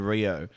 Rio